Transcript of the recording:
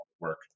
work